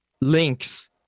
links